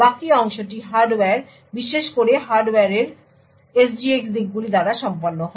বাকি অংশটি হার্ডওয়্যার বিশেষ করে হার্ডওয়্যারের SGX দিকগুলি দ্বারা সম্পন্ন হয়